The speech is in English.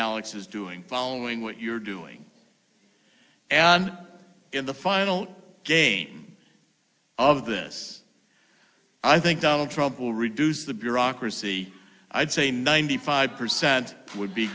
alex is doing following what you're doing and in the final game of this i think donald trump will reduce the bureaucracy i'd say ninety five percent would be